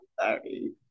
sorry